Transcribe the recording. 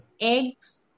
eggs